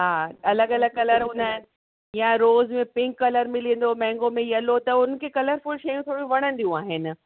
हा अलॻि अलॻि कलर हूंदा आहिनि या रोज में पिंक कलर मिली वेंदो मैंगो में येलो त हुनखे कलरफ़ुल शयूं थोरी वणंदियूं आहिनि